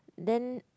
then